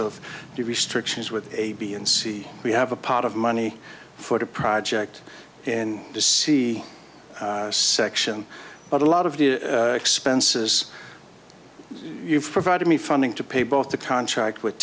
of the restrictions with a b and c we have a pot of money for the project in the c section but a lot of the expenses you've provided me funding to pay both the contract with